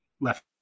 left